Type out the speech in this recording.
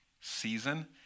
season